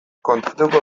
kontatuko